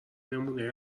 نمونه